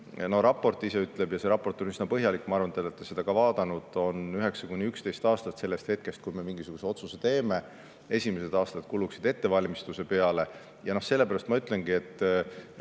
Raport ise ütleb – see raport on üsna põhjalik, ma arvan, et te olete seda ka vaadanud –, et läheb 9–11 aastat sellest hetkest, kui me mingisuguse otsuse teeme. Esimesed aastad kuluksid ettevalmistuse peale. Sellepärast ma ütlengi, et